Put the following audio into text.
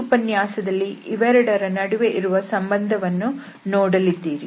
ಈ ಉಪನ್ಯಾಸದಲ್ಲಿ ಇವೆರಡರ ನಡುವೆ ಇರುವ ಸಂಬಂಧವನ್ನು ನೋಡಲಿದ್ದೀರಿ